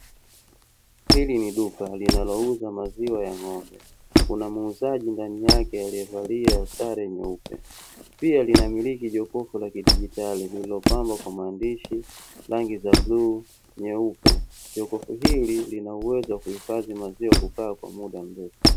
Hili ni duka linalouza maziwa ya ng'ombe. Kuna muuzaji ndani yake aliyevalia sare nyeupe. Pia, linamiliki jokofu la kidigitali lililopambwa kwa maandishi, rangi za bluu, nyeupe. Jokofu hili lina uwezo wa kuhifadhi maziwa kukaa kwa muda mrefu.